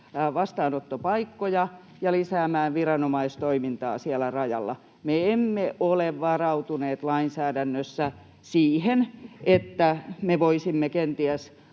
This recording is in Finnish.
vastaanottopaikkoja ja lisäämään viranomaistoimintaa siellä rajalla. Me emme ole varautuneet lainsäädännössä siihen, että me voisimme kenties